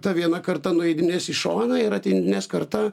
ta viena karta nueidinės į šoną ir atėjinės karta